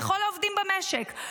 לכל העובדים במשק,